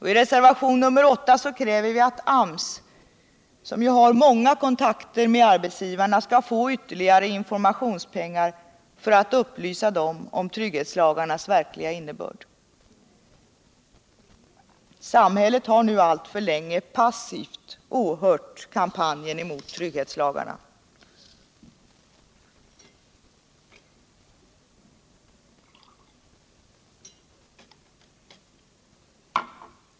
I reservationen 8 kräver vi att AMS som ju har många kontakter med arbetsgivarna skall få ytterligare informationsmedel för att upplysa dem om trygghetslagarnas verkliga innebörd. Samhället har nu alltför länge passivt åhört kampanjen mot trygghetslagarna.